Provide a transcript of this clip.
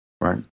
Right